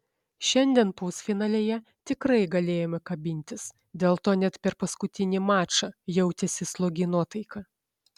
šiandien pusfinalyje tikrai galėjome kabintis dėl to net per paskutinį mačą jautėsi slogi nuotaika